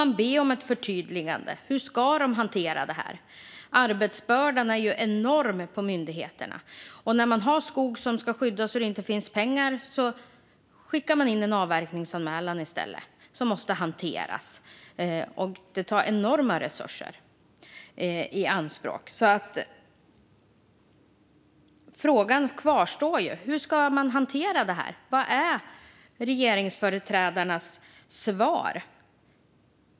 Man bad om ett förtydligande av hur man ska hantera det här. Arbetsbördan är enorm på myndigheterna. När skog ska skyddas och det inte finns pengar skickas det i stället in en avverkningsanmälan, som måste hanteras. Det tar enorma resurser i anspråk. Frågan kvarstår alltså. Hur ska man hantera detta? Vad är regeringsföreträdarnas svar?